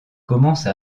commence